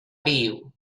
viu